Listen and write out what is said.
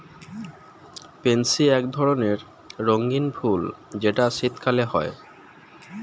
pansy এক ধরণের রঙ্গীন ফুল যেটা শীতকালে হয়